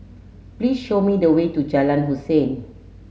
please show me the way to Jalan Hussein